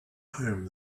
home